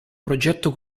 progetto